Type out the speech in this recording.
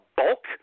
bulk